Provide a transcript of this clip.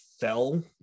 fell